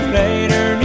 later